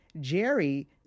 Jerry